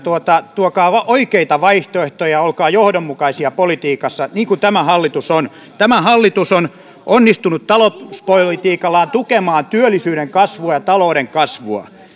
tuokaa oikeita vaihtoehtoja ja olkaa johdonmukaisia politiikassa niin kuin tämä hallitus on tämä hallitus on onnistunut talouspolitiikallaan tukemaan työllisyyden kasvua ja talouden kasvua